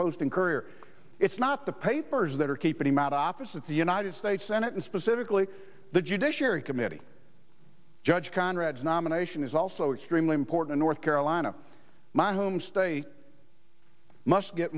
post and courier it's not the papers that are keeping him out of office it's the united states senate and specifically the judiciary committee judge conrad's nomination is also extremely important north carolina my home state must get